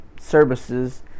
services